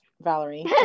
Valerie